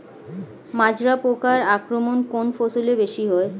মাজরা পোকার আক্রমণ কোন ফসলে বেশি হয়?